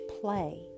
play